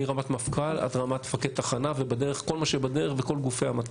מרמת מפכ"ל עד רמת מפקד תחנה וכל מה שבדרך וכל גופי המטה,